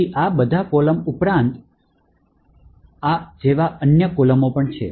તેથી આ બધા કોલમ ઉપરાંત આ જેવા અન્ય કોલમ છે